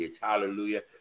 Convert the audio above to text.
Hallelujah